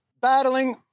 battling